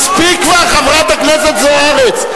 מספיק כבר, חברת הכנסת זוארץ.